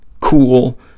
cool